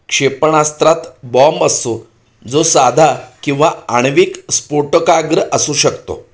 क्षेपणास्त्रात bomb असो जो साधा किंवा आण्विक स्फोटकाग्र असू शकतो